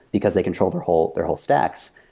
because they control their whole their whole stacks.